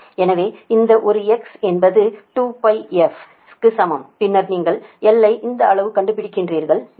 எனவே இந்த ஒரு X என்பது 2πf க்கு சமம் பின்னர் நீங்கள் L ஐக் இந்த அளவு கண்டுபிடிக்கிறீர்கள் எனவே 52